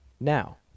Now